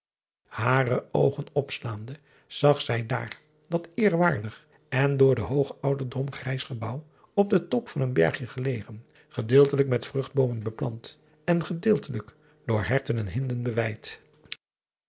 are oogen opslaande zag zij daar dat eerwaardig en door den hoogen ouderdom grijs gebouw op den top van een bergje gelegen gedeeltelijk met vruchtboomen beplant en gedeeltetijk door herten en hinden